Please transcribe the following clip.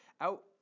out